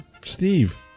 Steve